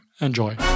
Enjoy